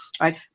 right